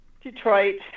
Detroit